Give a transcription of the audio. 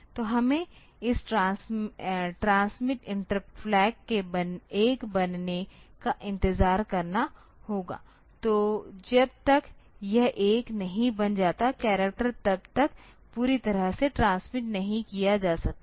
तो हमें इस ट्रांसमिटेड इंटरप्ट फ्लैग के 1 बनने का इंतजार करना होगा तो जब तक यह एक नहीं बन जाता कैरेक्टर तब तक पूरी तरह से ट्रांसमिट नहीं किया जा सकता है